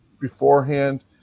beforehand